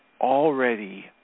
already